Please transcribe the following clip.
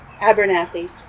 Abernathy